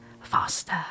faster